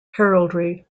heraldry